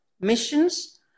missions